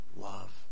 Love